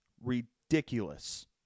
ridiculous